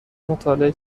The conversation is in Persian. مطالعه